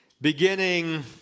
beginning